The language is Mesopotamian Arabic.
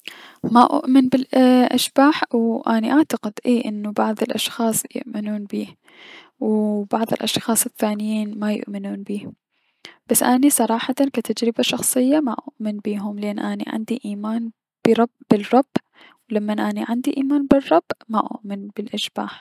ما اؤمن بلأشباح و اني اعتقد انو اي اكو بعض الأشخاص سؤمنونو بيه و بعض الأشخاص الثانيين ما يؤمنون بيه بس اني صراحتا كتجربة شخصية ما اؤمن بيهم لأن عندي ايمان برب- الرب و لمن اني عندي ايمان بالرب ما اؤمن بلأشباح.